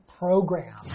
Program